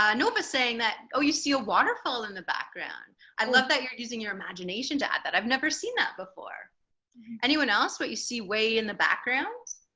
ah nova's saying that oh you see a waterfall in the background i love that you're using your imagination to add that i've never seen that before anyone else what you see way in the backgrounds